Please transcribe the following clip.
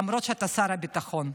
למרות שאתה שר הביטחון.